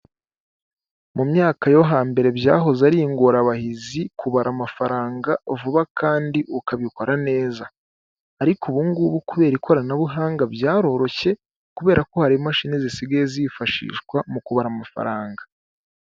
Mu myaka yo hambere byahoze ari ingorabahizi kubara amafaranga vuba kandi ukabikora neza, ariko ubungubu kubera ikoranabuhanga byaroroshye kubera ko hari imashini zisigaye zifashishwa mu kubara amafaranga.